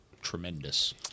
tremendous